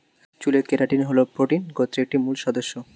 চুলের কেরাটিন হল প্রোটিন গোত্রের একটি মূল সদস্য